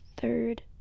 third